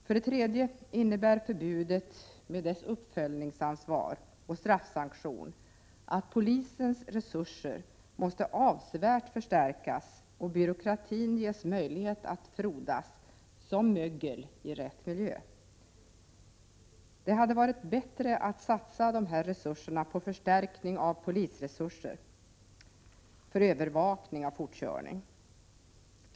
För det tredje innebär förbudet med dess uppföljningsansvar och straffsanktion att polisens resurser måste avsevärt förstärkas och byråkratin ges möjlighet att frodas som mögel i rätt miljö. Det hade varit bättre att satsa de här resurserna på förstärkning av polisresurser för övervakning av fortkörning.